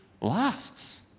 lasts